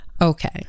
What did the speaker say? Okay